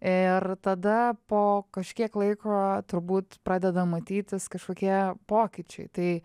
ir tada po kažkiek laiko turbūt pradeda matytis kažkokie pokyčiai tai